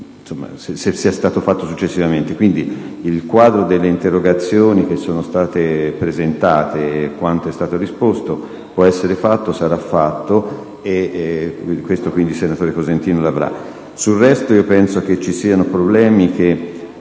se sia stata soddisfatta o meno. Il quadro delle interrogazioni che sono state presentate e quanto è stato disposto può essere fatto, e sarà fatto, e questo, quindi, senatore Cosentino, l'avrà. Per il resto, penso che ci siano problemi che